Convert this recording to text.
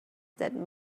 that